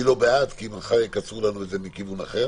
אני לא בעד, כי מחר יקצרו לנו את זה מכיוון אחר.